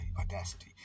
audacity